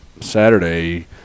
Saturday